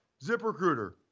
ZipRecruiter